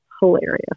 hilarious